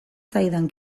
zaidan